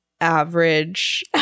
average